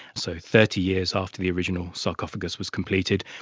so thirty years after the original sarcophagus was completed,